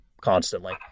constantly